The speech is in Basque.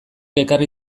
ekarri